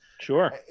sure